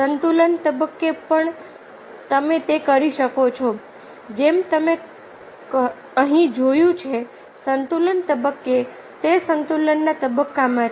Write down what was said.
સંતુલન તબક્કે પણ તમે તે કરી શકો છો જેમ તમે અહીં જોયું છે સંતુલન તબક્કે તે સંતુલનના તબક્કામાં છે